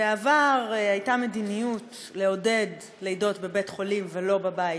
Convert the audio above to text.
בעבר הייתה מדיניות לעודד לידות בבית-חולים ולא בבית,